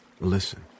listen